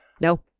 No